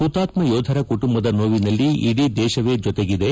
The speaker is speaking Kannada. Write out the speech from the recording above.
ಹುತಾತ್ಮ ಯೋಧರ ಕುಟುಂಬದ ನೋವಿನಲ್ಲಿ ಇಡೀ ದೇಶವೇ ಜೊತೆಗಿದೆ